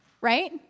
Right